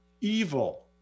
evil